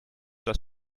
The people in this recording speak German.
das